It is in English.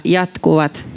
jatkuvat